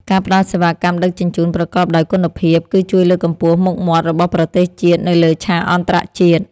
ការផ្ដល់សេវាកម្មដឹកជញ្ជូនប្រកបដោយគុណភាព គឺជួយលើកកម្ពស់មុខមាត់របស់ប្រទេសជាតិនៅលើឆាកអន្តរជាតិ។